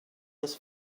this